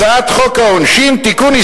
הצעת חוק העונשין (תיקון,